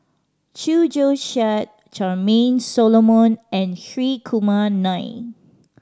Chew Joo Chiat Charmaine Solomon and Hri Kumar Nair